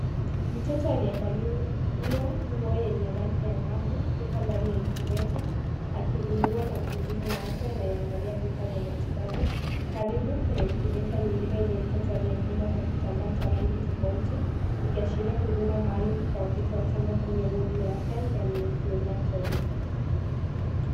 Mtoto aliyevalia nguo ya rangi ya angavu yuko ndani ya incubator akihudumiwa na mhudumu wa afya anayeangalia vifaa vya matibabu. Karibu kuna incubator nyingine yenye mtoto aliyefungwa kwa kitamba cha rangi tofauti ikiashiria huduma maalum ya kiafya kwa watoto wachanga kwenye wodi ya yunaton.